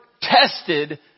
tested